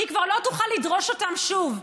היא כבר לא תוכל לדרוש אותם שוב.